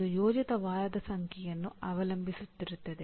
ಇದು ಯೋಜಿತ ವಾರದ ಸಂಖ್ಯೆಯನ್ನು ಅವಲಂಬಿಸಿರುತ್ತದೆ